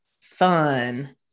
fun